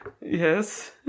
Yes